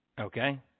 okay